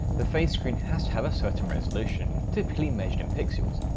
the phase screen has to have a certain resolution, typically measured in pixels.